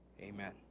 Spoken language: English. Amen